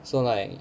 so like